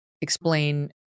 explain